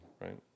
right